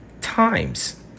times